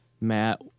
Matt